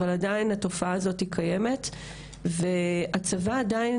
אבל עדיין התופעה הזאתי קיימת והצבא עדיין